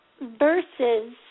versus